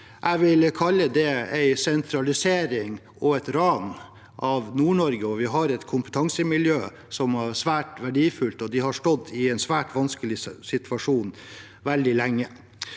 Jeg vil kalle det en sentralisering og et ran av Nord-Norge. Vi har et kompetansemiljø som er svært verdifullt, og de har stått i en svært vanskelig situasjon veldig lenge.